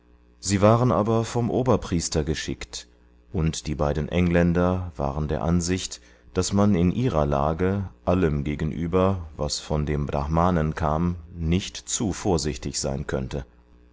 sie waren aber vom oberpriester geschickt und die beiden engländer waren der ansicht daß man in ihrer lage allem gegenüber was von dem brahmanen kam nicht zu vorsichtig sein könnte